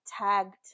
tagged